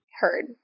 Heard